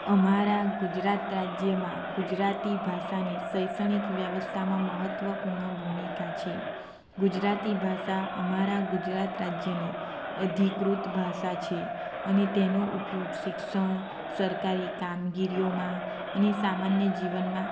અમારા ગુજરાત રાજ્યમાં ગુજરાતી ભાષાની શૈક્ષણિક વ્યવસ્થામાં મહત્વપૂર્ણ ભૂમિકા છે ગુજરાતી ભાષા અમારા ગુજરાત રાજ્યની અધિકૃત ભાષા છે અને તેનો ઉપયોગ શિક્ષણ સરકારી કામગીરીઓમાં અને સામાન્ય જીવનમાં